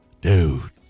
dude